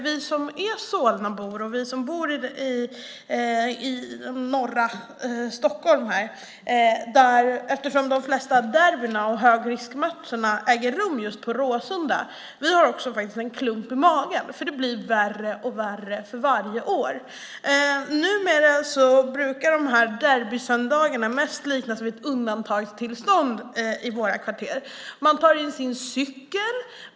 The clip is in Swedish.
Vi som är Solnabor och vi som bor i norra Stockholm - de flesta derbyn och högriskmatcher äger rum just på Råsunda - har faktiskt också en klump i magen, för det blir värre och värre för varje år. Numera brukar de här derbysöndagarna mest likna ett undantagstillstånd i våra kvarter. Man tar in sin cykel.